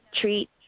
treat